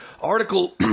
article